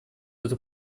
эту